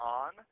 on